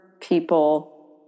people